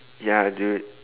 ya dude